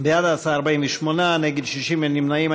בעד ההצעה, 48, נגד 60, אין נמנעים.